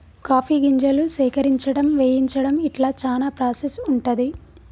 coffee గింజలు సేకరించడం వేయించడం ఇట్లా చానా ప్రాసెస్ ఉంటది